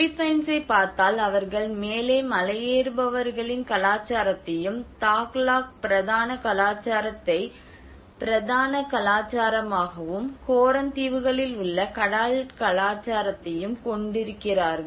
பிலிப்பைன்ஸைப் பார்த்தால் அவர்கள் மேலே மலையேறுபவர்களின் கலாச்சாரத்தையும் தாகலாக் பிரதான கலாச்சாரத்தை பிரதான கலாச்சாரமாகவும் கோரன் தீவுகளில் உள்ள கடல் கலாச்சாரத்தையும் கொண்டிருக்கிறார்கள்